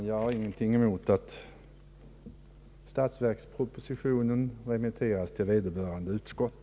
Jag har ingenting emot att statsverkspropositionen remitteras till vederbörande utskott.